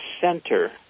center